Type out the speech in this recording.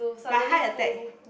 but high attack